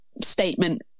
statement